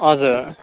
हजुर